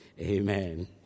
Amen